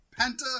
Penta